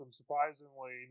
Surprisingly